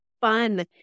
fun